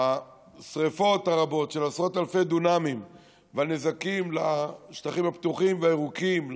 השרפות הרבות של עשרות אלפי דונמים והנזקים לשטחים הפתוחים והירוקים,